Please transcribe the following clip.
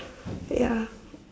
ya